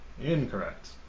Incorrect